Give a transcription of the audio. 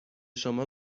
شما